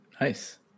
Nice